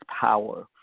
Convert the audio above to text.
power